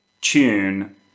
tune